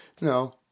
No